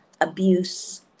abuse